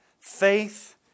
Faith